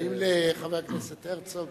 האם לחבר הכנסת הרצוג,